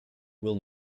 will